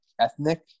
ethnic